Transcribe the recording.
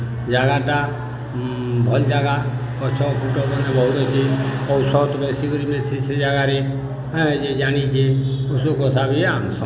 ଜାଗାଟା ଭଲ ଜାଗା ଗଛ ଫୁଟ ମାନେ ବହୁତ ଅଛି ଔଷତ ବେଶୀ କରି ମିଲ୍ସି ସେ ଜାଗାରେ ହଁ ଯେ ଜାଣିଛେ କଶୁକଷା ବି ଆନିସନ୍